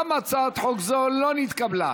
גם הצעת חוק זו לא נתקבלה.